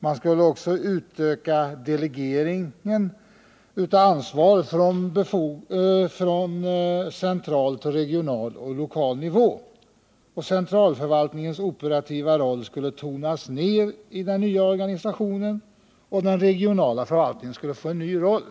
Man skulle också utöka delegeringen av ansvar från central till regional och lokal nivå. Centralförvaltningens operativa roll skulle tonas ner i den nya organisationen, och den regionala förvaltningen skulle få en ny roll.